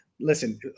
Listen